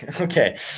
Okay